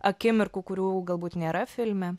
akimirkų kurių galbūt nėra filme